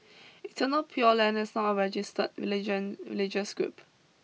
Eternal Pure Land is not a registered religion religious group